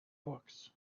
books